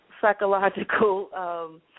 psychological